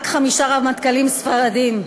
רק חמישה רמטכ"לים ספרדים,